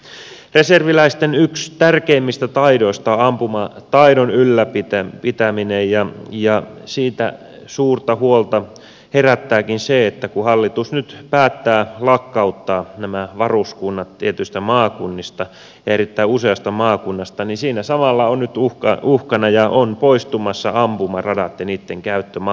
yksi reserviläisten tärkeimmistä taidoista on ampumataidon ylläpitäminen ja suurta huolta herättääkin se että kun hallitus nyt päättää lakkauttaa nämä varuskunnat tietyistä erittäin useista maakunnista niin siinä samalla ovat nyt uhkana poistua ja poistumassa ampumaradat ja niitten käyttömahdollisuus